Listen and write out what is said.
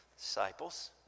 Disciples